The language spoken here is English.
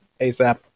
ASAP